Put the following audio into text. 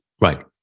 right